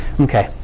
okay